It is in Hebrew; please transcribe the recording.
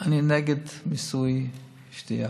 אני נגד מיסוי שתייה.